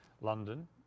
London